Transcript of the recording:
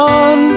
on